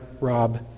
rob